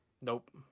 Nope